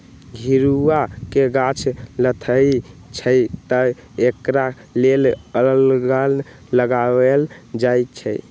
घिउरा के गाछ लथरइ छइ तऽ एकरा लेल अलांन लगायल जाई छै